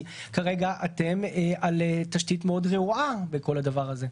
כי כרגע אתם על תשתית מאוד רעועה בכל הדבר הזה.